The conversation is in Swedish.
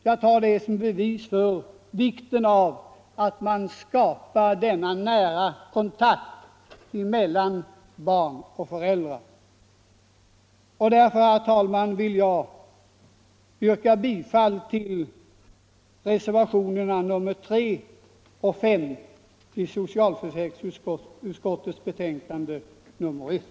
Jag tar det som bevis för vikten av att man skapar nära kontakt mellan barn och föräldrar. Därför, herr talman, vill jag yrka bifall till reservationerna 3 och 5 i socialförsäkringsutskottets betänkande nr 1.